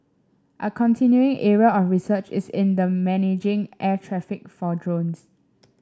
a continuing area of research is in the managing air traffic for drones